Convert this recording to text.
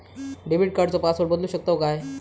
Debit कार्डचो password बदलु शकतव काय?